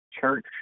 Church